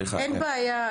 אין בעיה,